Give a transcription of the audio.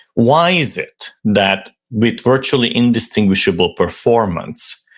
why is it that with virtually indistinguishable performance,